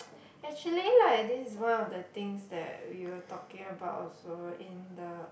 actually like this is one of the things that we were talking about also in the